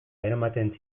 eramaten